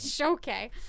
Okay